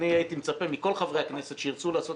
אני הייתי מצפה מכל חברי הכנסת שירצו לעשות